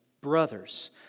Brothers